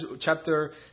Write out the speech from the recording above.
chapter